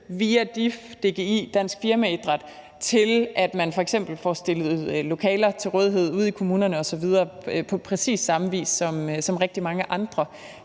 via DIF, DGI, Dansk Firmaidræt, til at man f.eks. får stillet lokaler til rådighed ude i kommunerne osv. på præcis samme vis som rigtig mange andre